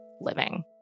living